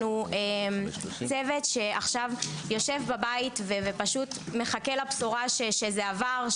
אנו צוות שעכשיו יושב בבית ומחכה לבשורה שזה עבר,